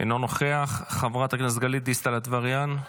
אינו נוכח, חברת הכנסת גלית דיסטל אטבריאן,